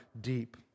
deep